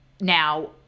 now